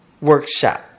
workshop